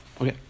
okay